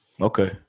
Okay